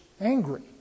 angry